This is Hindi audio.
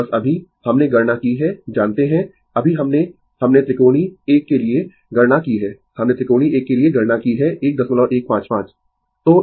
बस अभी हमने गणना की है जानते है अभी हमने हमने त्रिकोणीय एक के लिए गणना की है हमने त्रिकोणीय एक के लिए गणना की है 1155